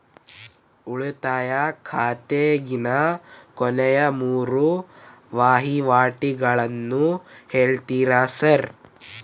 ಉಳಿತಾಯ ಖಾತ್ಯಾಗಿನ ಕೊನೆಯ ಮೂರು ವಹಿವಾಟುಗಳನ್ನ ಹೇಳ್ತೇರ ಸಾರ್?